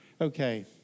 Okay